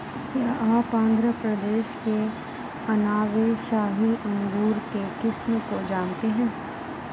क्या आप आंध्र प्रदेश के अनाब ए शाही अंगूर के किस्म को जानते हैं?